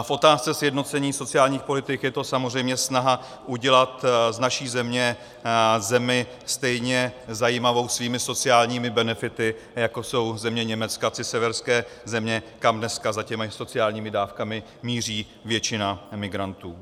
V otázce sjednocení sociálních politik je to samozřejmě snaha udělat z naší země zemi stejně zajímavou svými sociálními benefity, jako jsou země Německa či severské země, kam dneska za těmi sociálními dávkami míří většina migrantů.